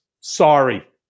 sorry